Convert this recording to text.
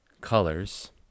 colors